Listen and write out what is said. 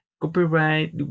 copyright